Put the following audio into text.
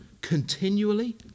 continually